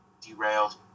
derailed